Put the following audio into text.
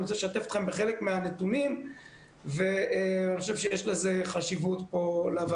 אני רוצה לשתף אתכם בחלק מהנתונים ואני חושב שיש לזה חשיבות לוועדה.